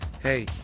hey